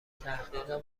تحقیق